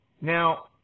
Now